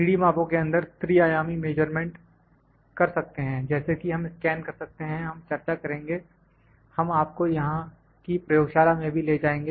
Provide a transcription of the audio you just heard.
3D मापों के अंदर त्रिआयामी मेजरमेंट कर सकते हैं जैसे कि हम स्कैन कर सकते हैं और हम चर्चा करेंगे हम आपको यहां की प्रयोगशाला में भी ले जाएंगे